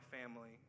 family